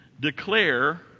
declare